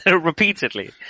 Repeatedly